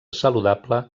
saludable